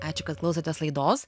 ačiū kad klausotės laidos